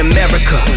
America